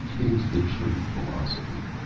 it is the true philosophy.